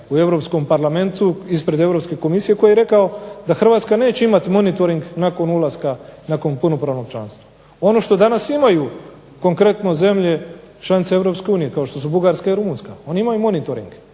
u Europskom Parlamentu, ispred Europske Komisije koji je rekao da Hrvatska neće imati monitoring nakon ulaska, nakon punopravnog članstva. Ono što danas imaju konkretno zemlje članice Europske unije, kao što su Bugarska i Rumunjska, oni imaju monitoring,